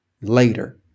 later